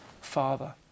Father